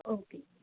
okay